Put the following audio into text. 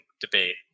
debate